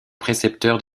précepteur